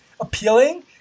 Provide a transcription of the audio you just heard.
appealing